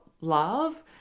love